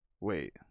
Wait